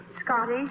Scotty